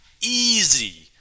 easy